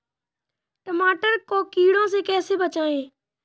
टमाटर को कीड़ों से कैसे बचाएँ?